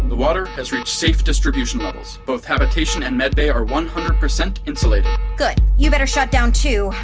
the water has reached safe distribution levels. both habitation and med bay are one hundred percent insulated good. you better shut down, too.